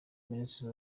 minisitiri